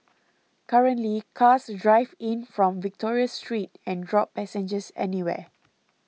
currently cars drive in from Victoria Street and drop passengers anywhere